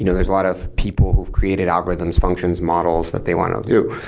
you know there's a lot of people who created algorithms, functions, models that they want to do.